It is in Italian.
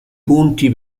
punti